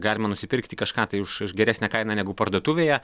galima nusipirkti kažką tai už už geresnę kainą negu parduotuvėje